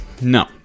no